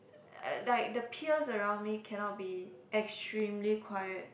uh like the peers around me cannot be extremely quiet